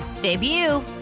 Debut